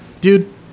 Dude